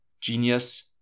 Genius